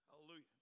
Hallelujah